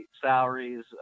salaries